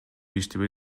иштебей